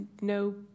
no